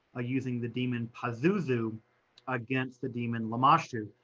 or using the demon pazuzu against the demon, lamashtu.